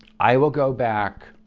i will go back.